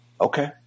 okay